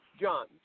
John